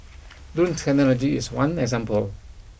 drone technology is one example